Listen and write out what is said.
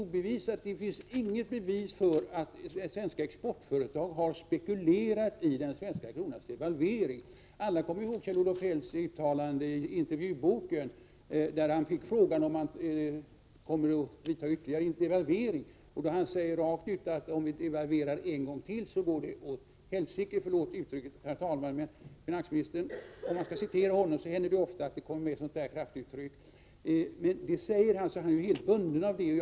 Men det finns inga bevis för att svenska exportföretag har spekulerat i den svenska kronans devalvering. Alla kommer ihåg Kjell-Olof Feldts uttalande i intervjuboken. Han fick frågan om han skulle vidta någon ytterligare devalvering. Han svarade rakt ut att om vi devalverar en gång till så går det åt helsike. Förlåt uttrycket, herr talman, men om man skall citera finansministern, händer det ofta att det kommer med kraftuttryck. Så sade finansministern, och han är helt bunden av detta.